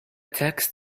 text